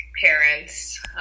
parents